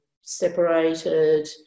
separated